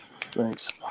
Thanks